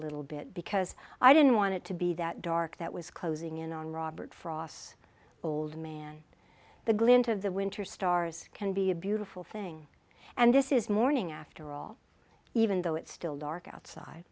little bit because i didn't want it to be that dark that was closing in on robert frost's old man the glint of the winter stars can be a beautiful thing and this is morning after all even though it's still dark outside